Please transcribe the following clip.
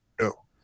No